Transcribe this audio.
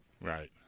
Right